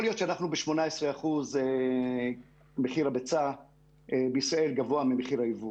יכול להיות שמחיר הביצה בישראל גבוה ב-18% ממחיר הייבוא.